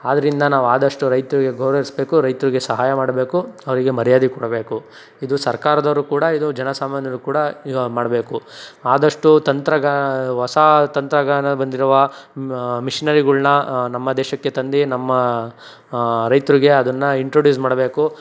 ಆದ್ದರಿಂದ ನಾವು ಆದಷ್ಟು ರೈತ್ರಿಗೆ ಗೌರವಿಸ್ಬೇಕು ರೈತ್ರಿಗೆ ಸಹಾಯ ಮಾಡಬೇಕು ಅವ್ರಿಗೆ ಮರ್ಯಾದೆ ಕೊಡಬೇಕು ಇದು ಸರ್ಕಾರದವರು ಕೂಡ ಇದು ಜನ ಸಾಮಾನ್ಯರು ಕೂಡ ಇ ಮಾಡಬೇಕು ಆದಷ್ಟು ತಂತ್ರಗಾ ಹೊಸ ತಂತ್ರಜ್ಞಾನ ಬಂದಿರುವ ಮಿಷ್ನರಿಗಳ್ನ ನಮ್ಮ ದೇಶಕ್ಕೆ ತಂದು ನಮ್ಮ ರೈತ್ರಿಗೆ ಅದನ್ನು ಇಂಟ್ರೊಡ್ಯೂಸ್ ಮಾಡಬೇಕು